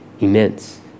immense